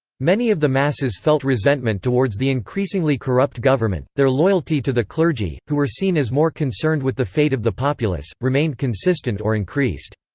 many of the masses felt resentment towards the increasingly corrupt government their loyalty to the clergy, who were seen as more concerned with the fate of the populace, remained consistent or increased.